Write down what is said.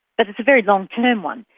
but it's a very long-term one.